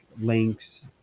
Links